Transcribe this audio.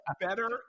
better